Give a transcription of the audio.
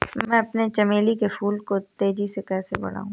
मैं अपने चमेली के फूल को तेजी से कैसे बढाऊं?